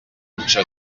ica